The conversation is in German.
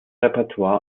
repertoire